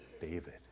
David